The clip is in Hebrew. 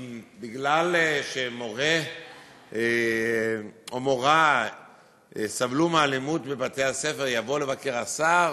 אם מכיוון שמורה או מורה סבלו מאלימות בבתי-הספר יבוא לבקר השר